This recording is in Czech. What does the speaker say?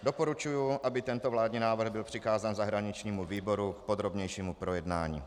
Doporučuji, aby tento vládní návrh byl přikázán zahraničnímu výboru k podrobnějšímu projednání.